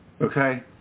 okay